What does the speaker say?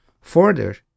further